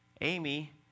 Amy